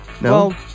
No